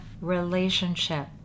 relationship